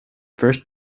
first